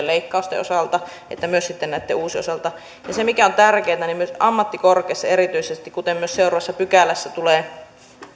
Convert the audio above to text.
leikkausten osalta ja myös sitten näitten uusien osalta se mikä on tärkeätä myös ammattikorkeassa erityisesti kuten myös seuraavassa pykälässä tulee